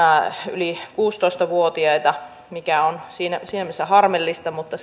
yli kuusitoista vuotiaita mikä on siinä mielessä harmillista mutta